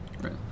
Right